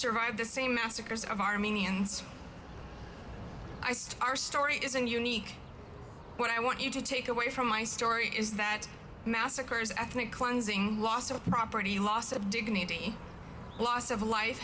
survived the same massacres of armenians i sed our story isn't unique what i want you to take away from my story is that massacres ethnic cleansing loss of property loss of dignity loss of life